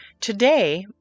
Today